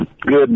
good